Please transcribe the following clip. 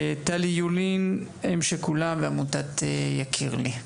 טלי יולין, אם שכולה מעמותת "יקיר לי".